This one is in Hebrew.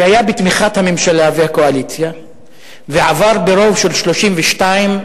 זה היה בתמיכת הממשלה והקואליציה ועבר ברוב של 32,